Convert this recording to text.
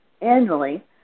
annually